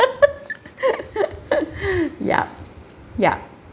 ya ya